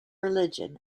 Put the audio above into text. religion